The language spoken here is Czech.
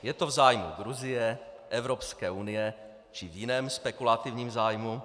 Je to v zájmu Gruzie, Evropské unie, či v jiném spekulativním zájmu?